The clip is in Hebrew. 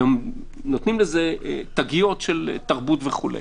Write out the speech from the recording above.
והם נותנים לזה תגיות של תרבות וכו'.